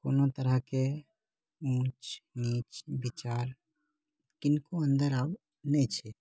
कोनो तरहकेँ ऊँच नीँच विचार किनको अन्दर अब नहि छै